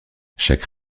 chaque